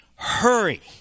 Hurry